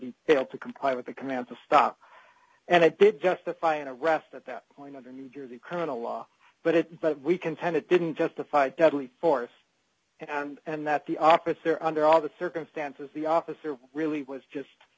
he failed to comply with the commands to stop and i did justify an arrest at that point under new jersey criminal law but it but we contend it didn't justify deadly force and that the officer under all the circumstances the officer really was just